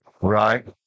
Right